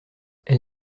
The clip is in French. elle